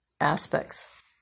aspects